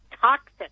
toxic